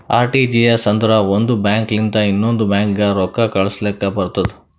RTGS ಅಂದುರ್ ಒಂದ್ bank ಲಿಂತ ಇನ್ನೊಂದ್ ಬ್ಯಾಂಕ್ಗ ರೊಕ್ಕಾ ಕಳುಸ್ಲಾಕ್ ಬರ್ತುದ್